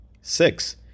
Six